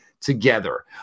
together